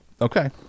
Okay